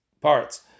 parts